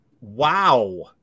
Wow